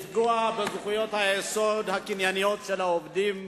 לפגוע בזכויות היסוד הקנייניות של העובדים.